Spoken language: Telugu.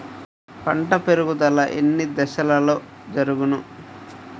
పంట పెరుగుదల ఎన్ని దశలలో జరుగును?